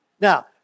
Now